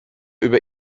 über